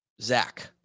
Zach